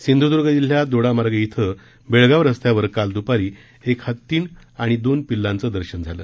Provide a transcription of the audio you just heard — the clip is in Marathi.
सिंध्दर्ग जिल्ह्यात दोडामार्ग इथं बेळगाव रस्त्यावर काल द्रपारी एक हतीण आणि दोन पिल्लांचं दर्शन झालं